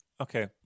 Okay